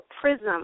prism